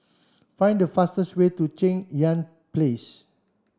find the fastest way to Cheng Yan Place